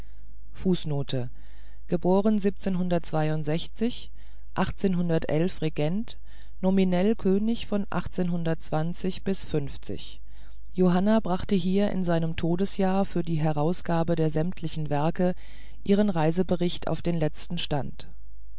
könig von johanna brachte hier in seinem todesjahr für die herausgabe der sämtlichen werke ihre reiseberichte auf den letzten stand